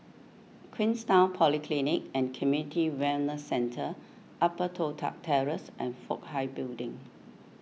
Queenstown Polyclinic and Community Wellness Centre Upper Toh Tuck Terrace and Fook Hai Building